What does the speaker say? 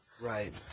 Right